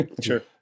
Sure